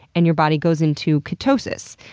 and your body goes into ketosis.